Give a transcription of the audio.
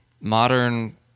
modern